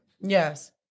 Yes